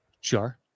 Sure